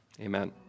Amen